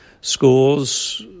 schools